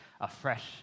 afresh